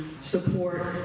support